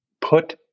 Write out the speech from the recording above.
put